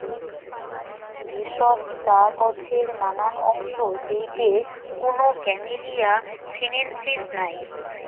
ভেষজ চা গছের নানান অংশ যেইটে কুনো ক্যামেলিয়া সিনেনসিস নাই